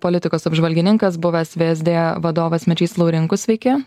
politikos apžvalgininkas buvęs vsd vadovas mečys laurinkus sveiki